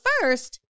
first